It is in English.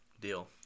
Deal